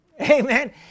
amen